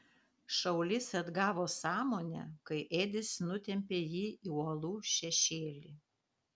šaulys atgavo sąmonę kai edis nutempė jį į uolų šešėlį